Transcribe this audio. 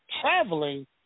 traveling